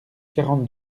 quarante